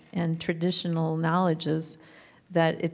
and traditional knowledges that if,